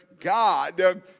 God